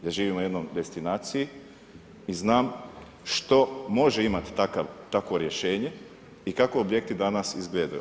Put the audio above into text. Ja živim u jednoj destinaciji i znam što može imati takvo rješenje i kako objekti danas izgledaju.